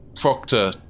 Proctor